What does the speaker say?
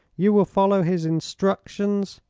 you will follow his instructions,